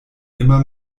immer